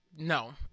No